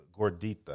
gordita